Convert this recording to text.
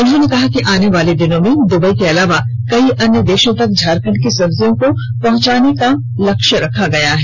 उन्होंने कहा कि आने वाले दिनों में दुबई के अलावा कई अन्य देशों तक झारखंड की सब्जियों को पहंचाने का लक्ष्य रखा गया है